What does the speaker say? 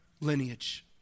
lineage